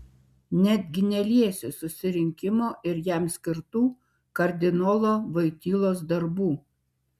netgi neliesiu susirinkimo ir jam skirtų kardinolo voitylos darbų